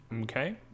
Okay